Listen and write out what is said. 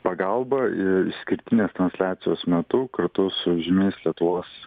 pagalba išskirtinės transliacijos metu kartu su žymiais lietuvos